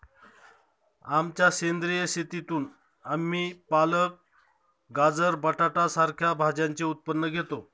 आमच्या सेंद्रिय शेतीतून आम्ही पालक, गाजर, बटाटा सारख्या भाज्यांचे उत्पन्न घेतो